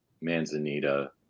manzanita